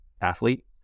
athlete